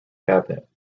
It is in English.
cabinet